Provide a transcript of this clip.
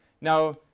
Now